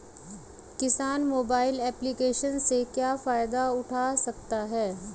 किसान mobile application से क्या फायदा उठा सकता है?